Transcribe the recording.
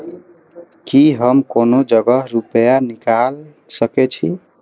की हम कोनो जगह रूपया निकाल सके छी?